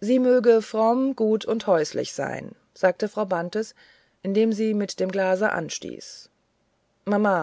sie möge fromm gut und häuslich sein sagte frau bantes indem sie mit dem glase anstieß mama